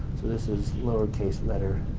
this is lowercase letter